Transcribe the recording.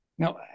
Now